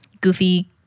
Goofy